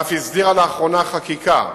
ואף הסדירה לאחרונה חקיקה,